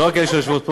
לא רק אלה שיושבות פה,